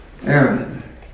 Aaron